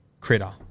Critter